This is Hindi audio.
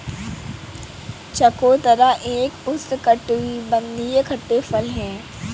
चकोतरा एक उष्णकटिबंधीय खट्टे फल है